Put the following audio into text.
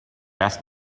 asked